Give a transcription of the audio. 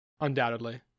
Undoubtedly